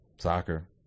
soccer